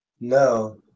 No